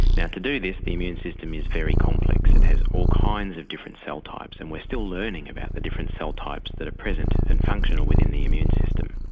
now to do this the immune system is very complex. it has all kinds of different cell-types and we're still learning about the different cell-types that are present and functional within the immune system.